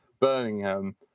Birmingham